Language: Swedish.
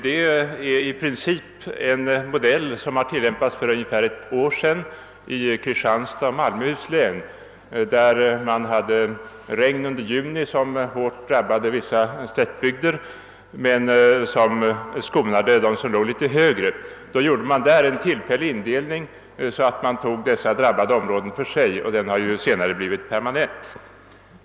Det är i princip samma modell som tillämpades för ungefär ett år sedan i Kristianstads och Malmöhus län, där man under juni hade regn som hårt drabbade vissa slättbygder, men som skonade områden som låg litet högre. Då gjorde man där en tillfällig indelning, så att man tog dessa drabbade områden för sig, och den indelningen har ju sedan blivit permanent.